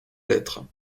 lettres